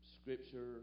scripture